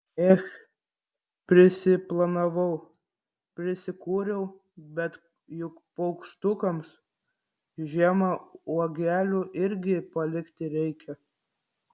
ech prisiplanavau prisikūriau bet juk paukštukams žiemą uogelių irgi palikti reikia